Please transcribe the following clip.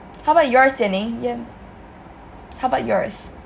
how about yours Jian-Ning y~ how about yours